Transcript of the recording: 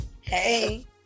Hey